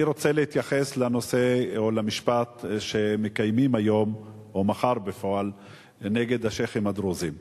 אני רוצה להתייחס למשפט שמקיימים מחר נגד השיח'ים הדרוזים,